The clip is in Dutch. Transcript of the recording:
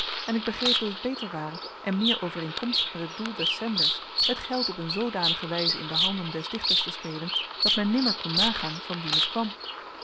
en ik begreep dat het beter ware en meer overeenkomstig met het doel des zenders het geld op een zoodanige wijze in de handen des dichters te spelen dat men nimmer kon nagaan van wien het kwam